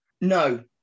No